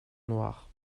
noires